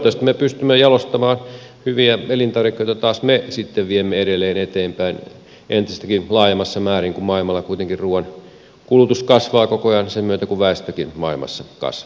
toivottavasti me pystymme jalostamaan hyviä elintarvikkeita joita taas me sitten viemme edelleen eteenpäin entistäkin laajemmassa määrin kun maailmalla kuitenkin ruuan kulutus kasvaa koko ajan sen myötä kun väestökin maailmassa kasvaa